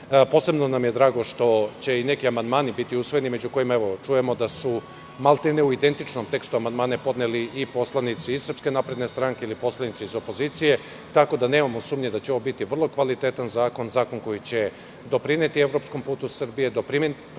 Posebno nam je drago što će i neki amandmani biti usvojeni. Čujemo da su maltene u identičnom tekstu amandmane podneli i poslanici SNS i poslanici iz opozicije, tako da nemamo sumnje da će ovo biti vrlo kvalitetan zakon, zakon koji će doprineti evropskom putu Srbije, doprineti